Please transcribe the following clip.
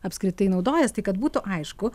apskritai naudojas tai kad būtų aišku